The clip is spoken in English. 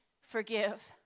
forgive